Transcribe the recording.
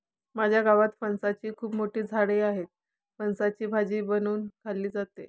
माझ्या गावात फणसाची खूप मोठी झाडं आहेत, फणसाची भाजी बनवून खाल्ली जाते